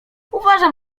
uważam